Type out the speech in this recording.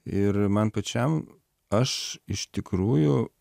ir man pačiam aš iš tikrųjų